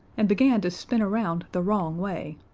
and began to spin around the wrong way.